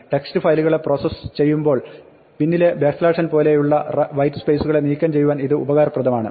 ടെക്റ്റ് ഫയലുകളെ പ്രോസസ് ചെയ്യുമ്പോൾ പിന്നിലെ n പോലെയുള്ള വൈറ്റ് സ്പേസുകളെ നീക്കം ചെയ്യുവാൻ ഇത് ഉപകാരപ്രദമാണ്